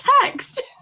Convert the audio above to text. text